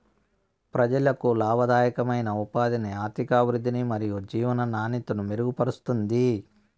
ప్రజలకు లాభదాయకమైన ఉపాధిని, ఆర్థికాభివృద్ధిని మరియు జీవన నాణ్యతను మెరుగుపరుస్తుంది